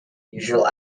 usual